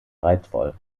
reizvoll